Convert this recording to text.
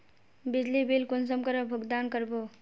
बिजली बिल कुंसम करे भुगतान कर बो?